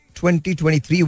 2023